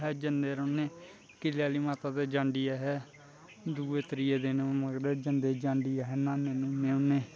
अस जनने रौंह्ने किले आह्ली माता ते जांड़ी ऐ दूए त्रीये दिन मतलब जंदे जांड़ी ऐ उत्थै न्होने न्हूने होन्ने